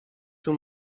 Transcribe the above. too